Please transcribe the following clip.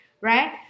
right